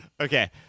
Okay